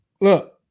Look